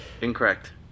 Incorrect